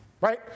right